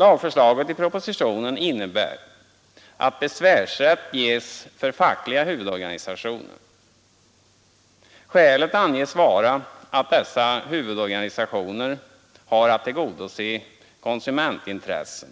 Lagförslaget i propositionen innebär att besvärsrätt ges för fackliga huvudorganisationer. Skälet anges vara att dessa huvudorganisationer har att tillgodose konsumentintressen